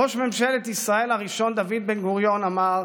ראש ממשלת ישראל הראשון, דוד בן-גוריון, אמר: